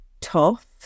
tough